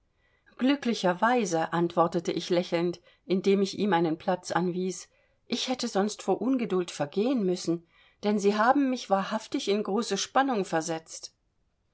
glücklicherweise antwortete ich lächelnd indem ich ihm einen platz anwies ich hätte sonst vor ungeduld vergehen müssen denn sie haben mich wahrhaftig in große spannung versetzt